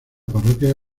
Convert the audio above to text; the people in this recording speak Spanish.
parroquia